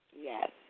Yes